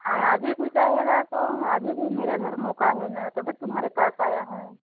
हाँ आज ही को चाहेगा तो हम आगे भी मेरे घर मौका है ना तभी तुम्हारे पास आया है